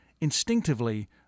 instinctively